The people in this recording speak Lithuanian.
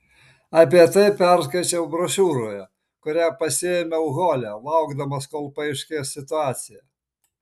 apie tai perskaičiau brošiūroje kurią pasiėmiau hole laukdamas kol paaiškės situacija